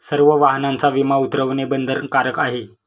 सर्व वाहनांचा विमा उतरवणे बंधनकारक आहे